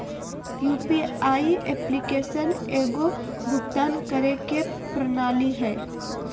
UPI application एगो भुक्तान करे के प्रणाली हइ